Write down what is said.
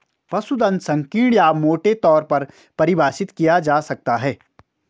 पशुधन संकीर्ण या मोटे तौर पर परिभाषित किया जा सकता है